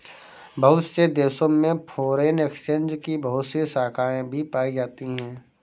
बहुत से देशों में फ़ोरेन एक्सचेंज की बहुत सी शाखायें भी पाई जाती हैं